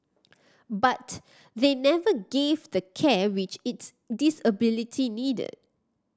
but they never gave the care which its disability needed